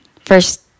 First